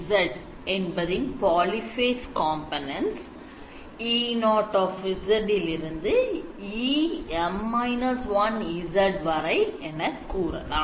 H0 என்பதின் Polyphase components E0 இல் இருந்து EM −1 வரை என கூறலாம்